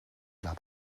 klar